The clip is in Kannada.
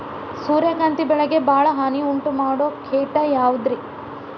ಸೂರ್ಯಕಾಂತಿ ಬೆಳೆಗೆ ಭಾಳ ಹಾನಿ ಉಂಟು ಮಾಡೋ ಕೇಟ ಯಾವುದ್ರೇ?